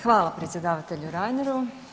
Hvala predsjedavatelju Reineru.